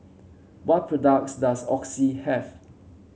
what products does Oxy have